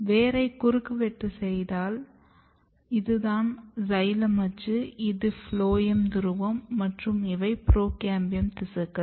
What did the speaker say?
வேரை குறுக்கு வெட்டு செத்தால் இதுதான் சைலம் அச்சு இது ஃபுளோயம் துருவம் மற்றும் இவை புரோகேம்பியம் திசுக்கள்